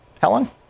helen